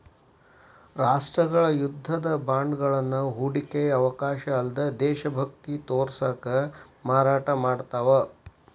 ರಾಷ್ಟ್ರಗಳ ಯುದ್ಧದ ಬಾಂಡ್ಗಳನ್ನ ಹೂಡಿಕೆಯ ಅವಕಾಶ ಅಲ್ಲ್ದ ದೇಶಭಕ್ತಿ ತೋರ್ಸಕ ಮಾರಾಟ ಮಾಡ್ತಾವ